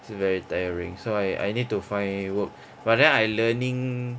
it's very tiring so I I need to find work but then I learning